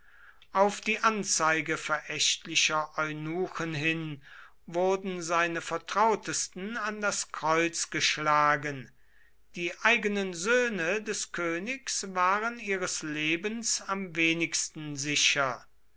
auf die anzeige verächtlicher eunuchen hin wurden seine vertrautesten an das kreuz geschlagen die eigenen söhne des königs waren ihres lebens am wenigsten sicher